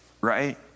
right